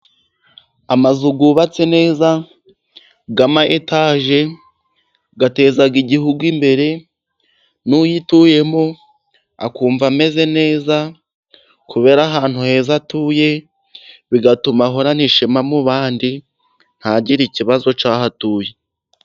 Amazu yubatse neza y'ama Etaje ateza igihugu imbere n'uyituyemo akumva ameze neza, kubera ahantu heza atuye bigatuma ahorana ishema mu bandi, ntagire ikibazo cy'aho atuye.